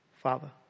Father